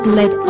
let